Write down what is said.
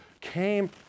came